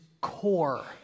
core